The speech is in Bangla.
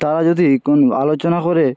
তারা যদি ক আলোচনা করে